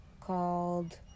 called